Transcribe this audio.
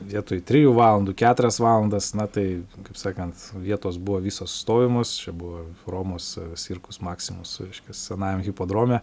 vietoj trijų valandų keturias valandas na tai kaip sakant vietos buvo visos stovimos čia buvo romos cirkus maksimus reiškias senajam hipodrome